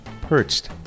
perched